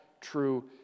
true